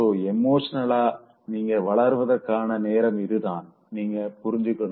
so எமோஷனலா நீங்க வளர்வதற்கான நேரம் இதுதானு நீங்க புரிஞ்சுக்கணும்